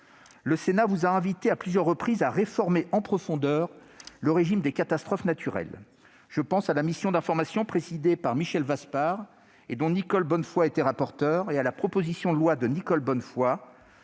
Le Sénat a invité à plusieurs reprises le Gouvernement à réformer en profondeur le régime des catastrophes naturelles. Je pense à la mission d'information présidée par Michel Vaspart et dont Nicole Bonnefoy était rapporteure et à la proposition de loi de Nicole Bonnefoy